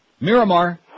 Miramar